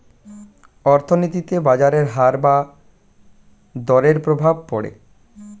অর্থনীতিতে বাজারের হার বা দরের প্রভাব পড়ে